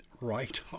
right